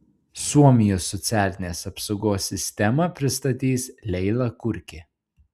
suomijos socialinės apsaugos sistemą pristatys leila kurki